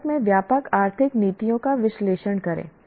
भारत में व्यापक आर्थिक नीतियों का विश्लेषण करें